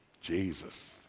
Jesus